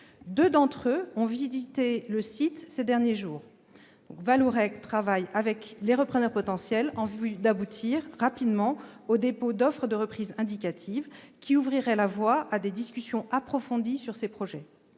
Deux d'entre eux ont visité le site ces derniers jours. Vallourec travaille avec les repreneurs potentiels en vue d'aboutir rapidement au dépôt d'offres de reprise indicatives qui ouvriraient la voie à des discussions approfondies sur ces projets.